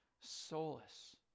solace